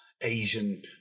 Asian